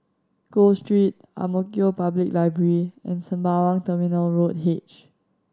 Gul Street Ang Mo Kio Public Library and Sembawang Terminal Road H